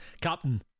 Captain